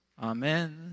Amen